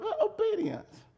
obedience